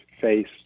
face